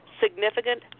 significant